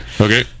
Okay